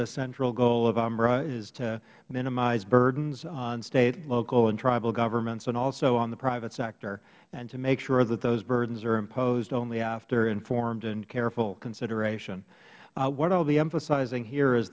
a central goal of umra is to minimize burdens on state local and tribal governments and also on the private sector and to make sure that those burdens are imposed only after informed and careful consideration what i will be emphasizing here is